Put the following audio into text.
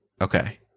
Okay